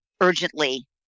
urgently